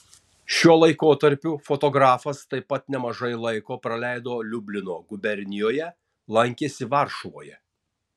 šiuo laikotarpiu fotografas taip pat nemažai laiko praleido liublino gubernijoje lankėsi varšuvoje